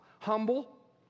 Humble